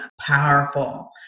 powerful